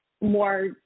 more